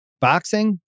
Boxing